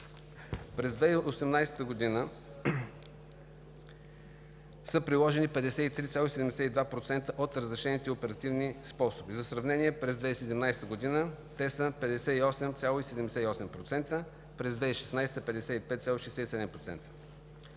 През 2018 г. са приложени 53,72% от разрешените оперативни способи. За сравнение: през 2017 г. те са 58,78%; през 2016 – 55,67%.